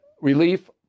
relief